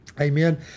Amen